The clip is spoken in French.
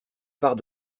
pars